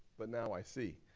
but now i see.